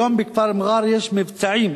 היום בכפר מע'אר יש מבצעים